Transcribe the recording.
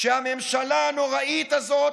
שהממשלה הנוראית הזאת,